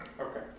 Okay